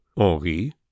Henri